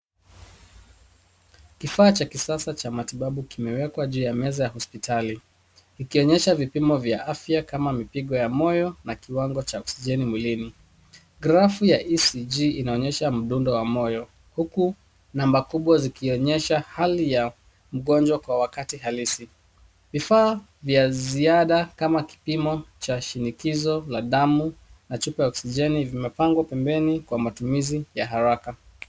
Kifaa cha kisasa cha matibabu kimewekwa juu ya meza hospitali ikionyesha vipimo vya afya kama mipigo ya moyo na kiwango cha oksijeni mwilini. Grafu ya ECG inaonyesha mdundo wa moyo huku namba kubwa zikionyesha hali ya mgonjwa kwa wakati halisi. Vifaa vya ziada kama kipimo cha shinikizo la damu na chupa ya oksijeni vimepangwa pembeni kwa matumizi ya haraka.